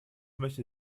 möchte